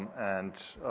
and,